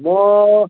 म